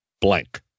blank